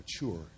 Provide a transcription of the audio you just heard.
mature